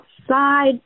outside